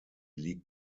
liegt